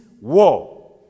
war